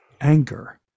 anger